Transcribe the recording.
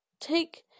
take